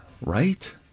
right